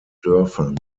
dörfern